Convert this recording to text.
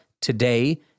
today